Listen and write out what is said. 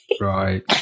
Right